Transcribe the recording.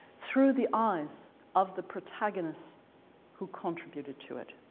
through the eyes of the protagonists who contributed to it.